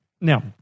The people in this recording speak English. Now